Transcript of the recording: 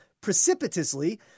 precipitously